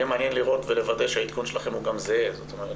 יהיה מעניין לראות ולוודא שהעדכון שלכם הוא גם זהה זאת אומרת,